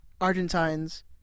Argentines